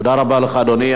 תודה רבה לך, אדוני.